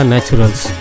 Naturals